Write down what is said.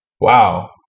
Wow